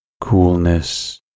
coolness